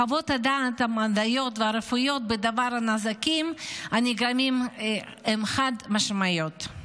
חוות הדעת המדעיות והרפואיות בדבר הנזקים הנגרמים הן חד-משמעיות.